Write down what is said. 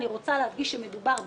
אני רוצה להדגיש שמדובר בחוק,